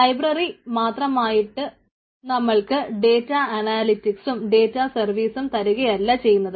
library മാത്രമായിട്ട് നമ്മൾക്ക് data അനാലിറ്റിക്സും ഡേറ്റാ സർവീസും തരുകയല്ല ചെയ്യുന്നത്